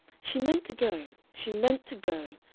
she meant to go, she meant to go,